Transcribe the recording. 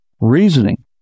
reasoning